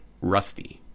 Rusty